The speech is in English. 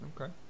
Okay